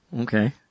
Okay